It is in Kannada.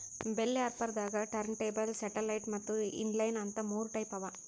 ಬೆಲ್ ರ್ಯಾಪರ್ ದಾಗಾ ಟರ್ನ್ಟೇಬಲ್ ಸೆಟ್ಟಲೈಟ್ ಮತ್ತ್ ಇನ್ಲೈನ್ ಅಂತ್ ಮೂರ್ ಟೈಪ್ ಅವಾ